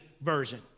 version